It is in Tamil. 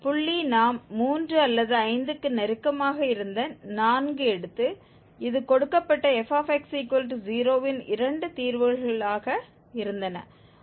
புள்ளி நாம் 3 அல்லது 5 க்கு நெருக்கமாக இருந்த 4 எடுத்து இது கொடுக்கப்பட்ட fx0 ன் இரண்டு தீர்வுகள் ஆக இருந்தன